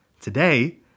Today